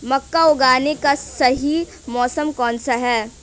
मक्का उगाने का सही मौसम कौनसा है?